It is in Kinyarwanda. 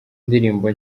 indirimbo